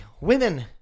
women